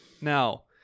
now